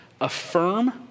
affirm